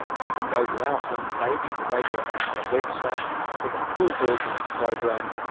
you can go to our homepage at the radio national website for the full version of the program.